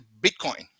Bitcoin